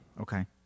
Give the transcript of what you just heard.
Okay